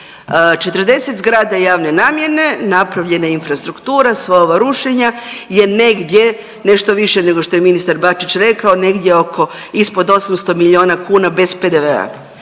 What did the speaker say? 40 zgrada javne namjene napravljena je infrastruktura i sva ova rušenja je negdje, nešto više nego što je ministar Bačić rekao negdje oko, ispod 800 milijuna kuna bez PDV-a.